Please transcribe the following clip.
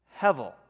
Hevel